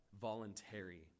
voluntary